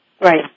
Right